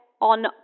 on